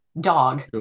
dog